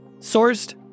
sourced